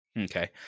Okay